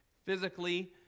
Physically